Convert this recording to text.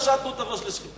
אנחנו מלקים את עצמנו כל היום.